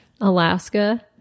Alaska